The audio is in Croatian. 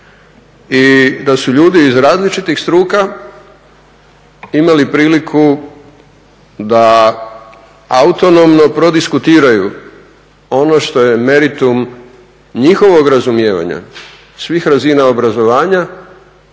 i da su ljudi iz različitih struka imali priliku da autonomno prodiskutiraju ono što je meritum njihovog razumijevanja svih razina obrazovanja